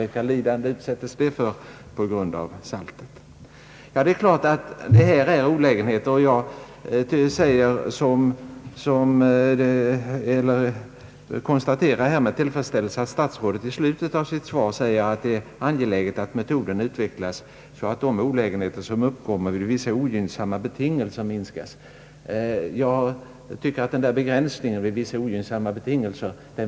Vilka lidanden utsätts det för på grund av saltet? Detta är stora olägenheter, och jag konstaterar med tillfredsställelse att statsrådet i slutet av sitt svar säger att det är »angeläget att metoden utvecklas så att de olägenheter minskas som nu uppkommer vid vissa ogynnsamma betingelser». Vid »vissa» ogynnsamma betingelser är en begränsning som jag inte riktigt vill skriva under på.